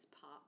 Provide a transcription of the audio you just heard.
pop